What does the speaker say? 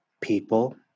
People